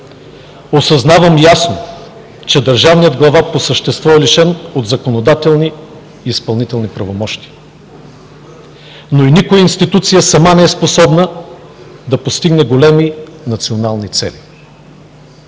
Осъзнавам ясно, че държавният глава по същество е лишен от законодателни и изпълнителни правомощия, но и никоя институция сама не е способна да постигне големи национални цели.